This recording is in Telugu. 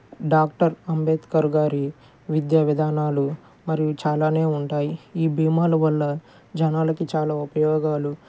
డాక్టర్ అంబేద్కర్ గారి విద్యా విధానాలు మరియు చాలానే ఉంటాయి ఈ బీమాల వల్ల జనాలకి చాలా ఉపయోగాలు